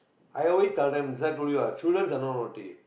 I always tell them as I told you ah students are not naughty